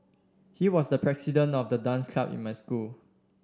he was the president of the dance club in my school